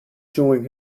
chewing